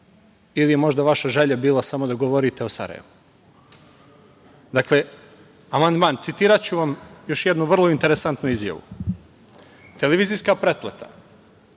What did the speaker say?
ili je možda vaša želja bila samo da govorite o Sarajevu. Dakle, amandman, citiraću vam još jednu vrlo interesantnu izjavu: „Televizijska pretplata,